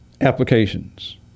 applications